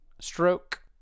stroke